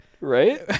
right